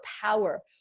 power